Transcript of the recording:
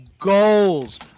goals